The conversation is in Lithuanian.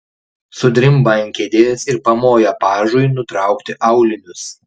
sudrimba ant kėdės ir pamoja pažui nutraukti aulinius